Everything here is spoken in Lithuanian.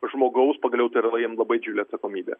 žmogaus pagaliau tai yra jiem labai didžiulė atsakomybė